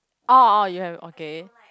oh oh you have okay